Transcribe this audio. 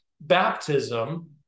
baptism